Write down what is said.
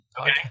Okay